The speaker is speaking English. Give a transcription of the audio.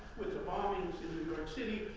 with the bombings in new york city,